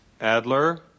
Adler